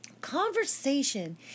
conversation